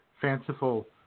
fanciful